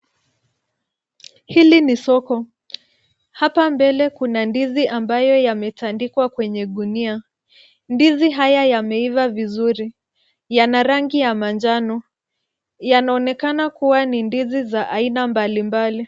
Hili ni soko. Hapa mbele kuna ndizi ambayo yametandikwa kwenye gunia. Ndizi haya yameiva vizuri, yana rangi ya manjano, yanaonekana kuwa ni ndizi za aina mbalimbali.